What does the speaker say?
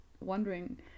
wondering